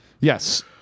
Yes